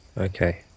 Okay